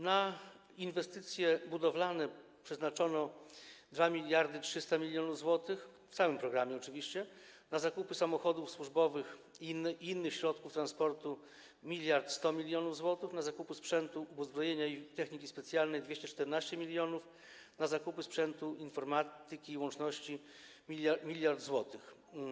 Na inwestycje budowlane przeznaczono 2300 mln zł w całym programie oczywiście, na zakupy samochodów służbowych i innych środków transportu - 1100 mln zł, na zakupy sprzętu uzbrojenia i techniki specjalnej - 214 mln, na zakupy sprzętu informatyki i łączności - 1 mld zł.